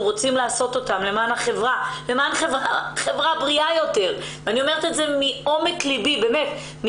רוצים לעשות למען חברה בריאה יותר וטובה יותר.